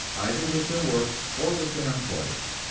either with their work or with their employers.